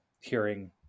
hearing